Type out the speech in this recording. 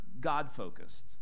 God-focused